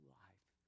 life